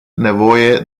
nevoie